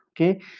okay